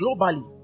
globally